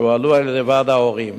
שהועלו על-ידי ועד ההורים.